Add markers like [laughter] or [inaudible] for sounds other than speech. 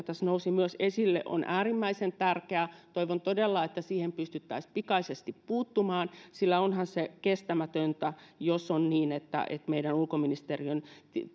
[unintelligible] tässä myös nousi esille on äärimmäisen tärkeä toivon todella että siihen pystyttäisiin pikaisesti puuttumaan sillä onhan se kestämätöntä jos on niin että että meidän ulkoministeriön